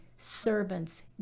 servants